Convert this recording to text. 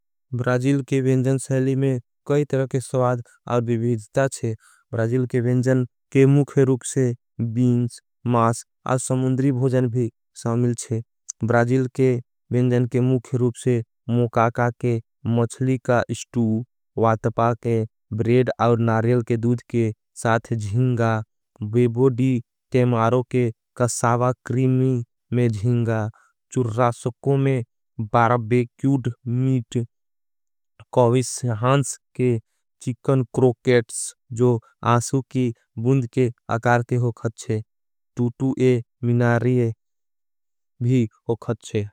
ब्राजिल के बेंजन सेली में कई तरके स्वाद और बिभीजता छे ब्राजिल के बेंजन के मुखे रूप से बीन्स, मास और समुंद्री भोजन भी साउमिल छे। ब्राजिल के बेंजन के मुखे रूप से मोकाका के मचली का श्टू, वातपा के ब्रेड और नारेल के दुध के साथ जिंगा। बेबोडी के मारो के कसावा क्रीमी में जिंगा चुर्राशकों में बाराबे क्यूट मीट, कौविश हांस के चिकन क्रोकेट। जो आशु की बुंद के अकार के हो खचे, टूटू ए मिनारी भी हो खचे।